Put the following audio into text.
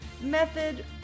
method